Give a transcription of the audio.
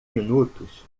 minutos